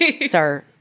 Sir